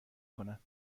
کند